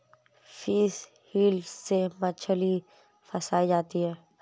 fish wheel से मछली फँसायी जाती है